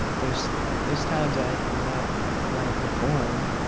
there's there's times i did not want to perform,